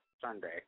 Sunday